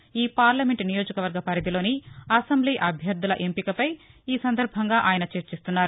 ఈ పార్లమెంట్ నియోజకవర్గ పరిధిలోని అసంబ్లీ అభ్యర్గాల ఎంపికపై ఈ సందర్భంగా ఆయన చర్చిస్తున్నారు